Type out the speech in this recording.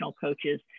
coaches